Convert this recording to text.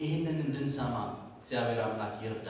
in your